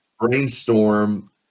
brainstorm